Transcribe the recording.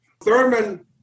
Thurman